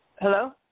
Hello